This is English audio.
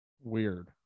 weird